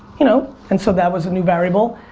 you know, and so that was a new variable.